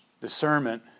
discernment